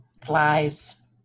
flies